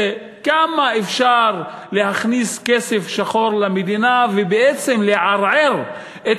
עד כמה אפשר להכניס כסף שחור למדינה ובעצם לערער את